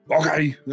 Okay